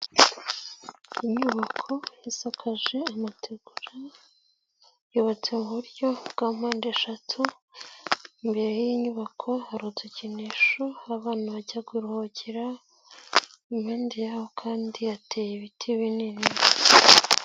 Inyubako isakaje amategura, yubatse mu buryo bwa mpande eshatu imbere y'inyubako hari udukinisho aho abana bajya kuruhukira, impande yaho kandi hateye ibiti binini.